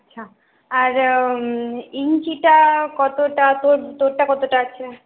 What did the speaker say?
আচ্ছা আর ইঞ্চিটা কতটা তোর তোরটা কতটা আছে